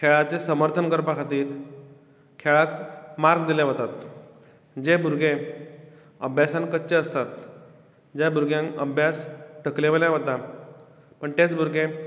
खेळाचे सर्मथन करपा खातीर खेळाक मार्कस दिल्ले वतात जे भुरगें अभ्यासांत कच्चे आसतात ज्या भुरग्यांक अभ्यास तकले वयल्यान वता पण तेच भुरगें